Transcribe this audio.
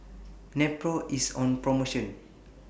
Nepro IS on promotion